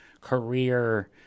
career